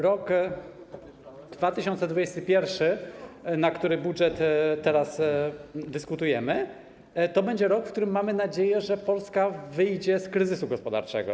Rok 2021, nad którego budżetem teraz dyskutujemy, to będzie rok, w którym, mamy nadzieję, Polska wyjdzie z kryzysu gospodarczego.